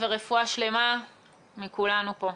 ורפואה שלמה מכולנו פה.